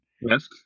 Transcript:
Yes